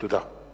תודה.